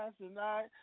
tonight